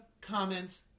comments